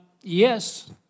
yes